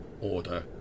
order